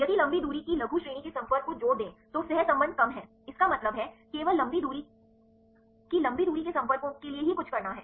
यदि लंबी दूरी की लघु श्रेणी के संपर्क को जोड़ दें तो सहसंबंध कम है इसका मतलब है केवल लंबी दूरी की लंबी दूरी के संपर्कों के लिए ही कुछ करना है